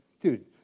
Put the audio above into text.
Dude